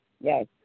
Yes